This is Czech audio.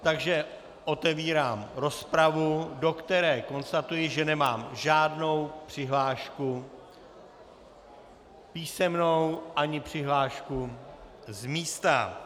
Takže otevírám rozpravu, do které konstatuji, že nemám žádnou přihlášku písemnou ani přihlášku z místa.